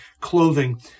clothing